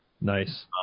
Nice